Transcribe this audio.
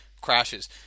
crashes